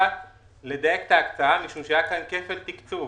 הוחלט לדייק את ההקצאה משום שהיה כאן כפל תקצוב.